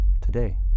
today